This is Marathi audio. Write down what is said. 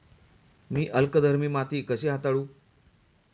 मी अल्कधर्मी माती कशी हाताळू?